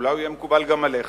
אולי הוא יהיה מקובל גם עליך?